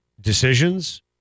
decisions